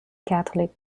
catholic